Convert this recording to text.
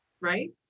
right